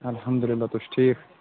اَلحَمدُاللہ تُہۍ چھِو ٹھیٖک